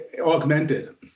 Augmented